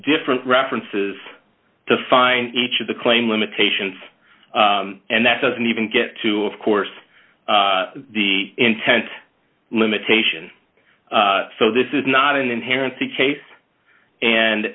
different references to find each of the claim limitations and that doesn't even get to of course the intent limitation so this is not an inherent the case and